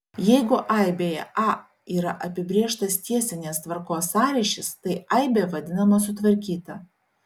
jeigu aibėje a yra apibrėžtas tiesinės tvarkos sąryšis tai aibė vadinama sutvarkyta